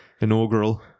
inaugural